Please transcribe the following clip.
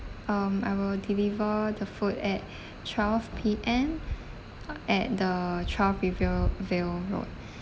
um I will deliver the food at twelve P_M uh at the twelve rivervale road